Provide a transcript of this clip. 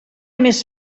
més